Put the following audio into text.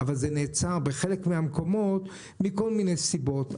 אבל זה נעצר בחלק מהמקומות מכל מיני סיבות.